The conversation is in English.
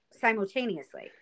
simultaneously